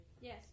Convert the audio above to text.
Yes